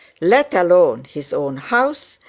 let alone his own house,